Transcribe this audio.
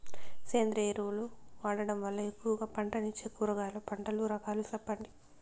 సేంద్రియ ఎరువులు వాడడం వల్ల ఎక్కువగా పంటనిచ్చే కూరగాయల పంటల రకాలు సెప్పండి?